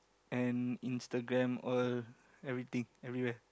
and Instagram all everything everywhere